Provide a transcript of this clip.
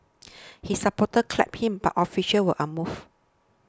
his supporters clapped him but officials were unmoved